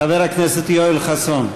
חבר הכנסת יואל חסון.